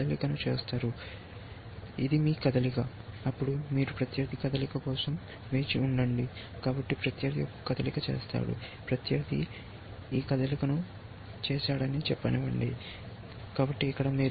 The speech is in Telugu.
కాబట్టి ఇది మీ కదలిక అప్పుడు మీరు ప్రత్యర్థి కదలిక కోసం వేచి ఉండండి కాబట్టి ప్రత్యర్థి ఒక కదలికను చేస్తాడు ప్రత్యర్థి ఈ కదలికను చేస్తాడని చెప్పనివ్వండి కాబట్టి ఇక్కడ